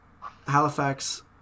Halifax